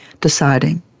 deciding